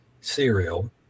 cereal